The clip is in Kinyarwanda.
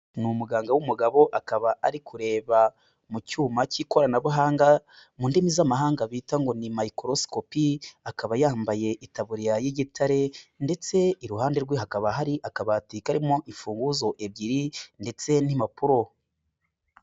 Ni umuganga w'umugabo akaba ari kureba mu cyuma k'ikoranabuhanga mu ndimi z'amahanga bita ngo ni microscope, akaba yambaye itaburiya y'igitare ndetse iruhande rwe hakaba hari akabati karimo imfunguzo ebyiri ndetse n'impapuro.